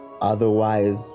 otherwise